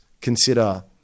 consider